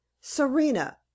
Serena